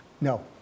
No